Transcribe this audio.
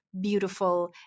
beautiful